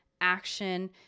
action